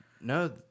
No